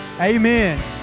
Amen